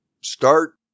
start